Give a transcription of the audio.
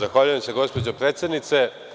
Zahvaljujem se, gospođo predsednice.